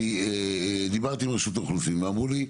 אני דיברתי עם רשות האוכלוסין ואמרו לי,